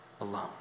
alone